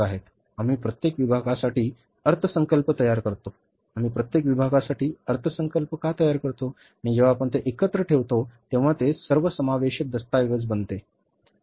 आम्ही प्रत्येक विभागासाठी अर्थसंकल्प तयार करतो आम्ही प्रत्येक विभागासाठी अर्थसंकल्प तयार करतो आणि जेव्हा आपण ते सर्व एकत्र ठेवतो तेव्हा ते सर्वसमावेशक दस्तऐवज बनते बरोबर